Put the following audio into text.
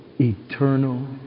eternal